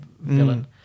villain